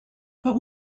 but